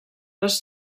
les